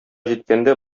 җиткәндә